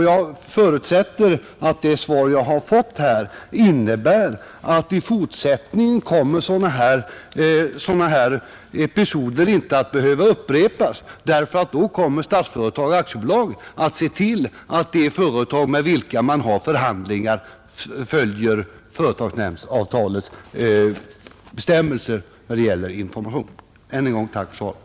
Jag förutsätter att det svar som jag har fått innebär att sådana här episoder i fortsättningen inte kommer att behöva upprepas — då kommer Statsföretag AB att se till att de företag med vilka man har förhandlingar följer företagsnämndsavtalets bestämmelser om information. Jag tackar än en gång för svaret.